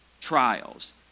trials